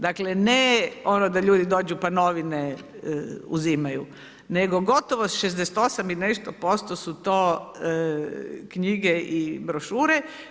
Dakle ne ono da ljudi dođu pa novine uzimaju, nego gotovo 68 i nešto posto su to knjige i brošure.